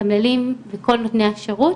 מתמללים וכל נותני השירות,